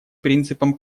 принципом